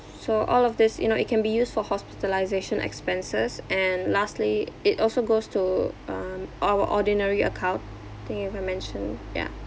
so all of this you know it can be used for hospitalisation expenses and lastly it also goes to um our ordinary account think you ever mention ya